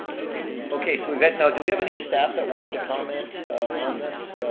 thank you. okay, so we've got, now do we have any staff that wanted to comment on this?